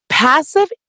Passive